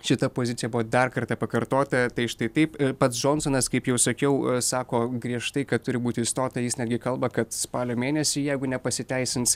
šita pozicija buvo dar kartą pakartota tai štai taip pats džonsonas kaip jau sakiau sako griežtai kad turi būti išstota jis netgi kalba kad spalio mėnesį jeigu nepasiteisins